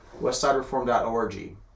westsidereform.org